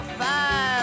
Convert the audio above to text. five